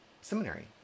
seminary